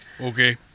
Okay